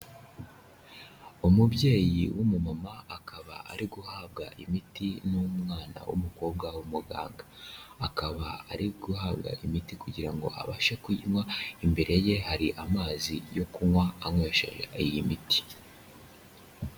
Umubyeyi w'umumama, akaba ari guhabwa imiti n'umwana w'umukobwa w'umuganga. Akaba ari guhabwa imiti kugira ngo abashe kuyinywa, imbere ye hari amazi yo kunywa, anywesheje iyi miti.